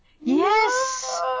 Yes